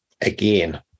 Again